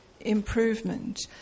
improvement